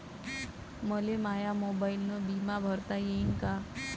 मले माया मोबाईलनं बिमा भरता येईन का?